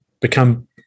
become